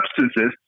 substances